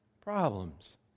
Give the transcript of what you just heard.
problems